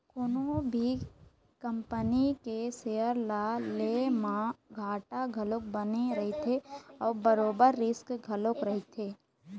कोनो भी कंपनी के सेयर ल ले म घाटा घलोक बने रहिथे अउ बरोबर रिस्क घलोक रहिथे